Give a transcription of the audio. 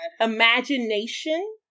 imagination